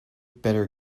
better